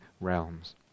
realms